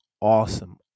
awesome